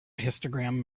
histogram